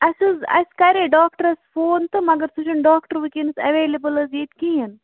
اَسہِ حظ اَسہِ کَرِے ڈاکٹرس فون تہٕ مگر سُہ چھُنہٕ ڈاکٹر وُنکیٚنَس ایٚویلیبُل حظ ییٚتہِ کِہیٖنٛۍ